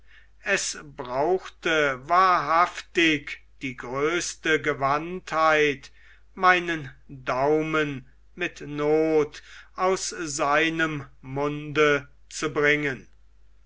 es brauchte wahrhaftig die größte gewandtheit meinen daumen mit not aus seinem munde zu bringen